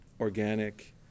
organic